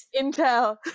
intel